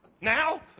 Now